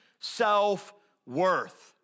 self-worth